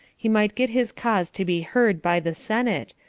he might get his cause to be heard by the senate,